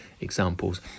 examples